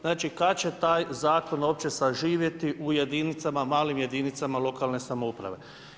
Znači, kad će taj zakon uopće saživjeli u jedinicama, malim jedinicama lokalne samouprave.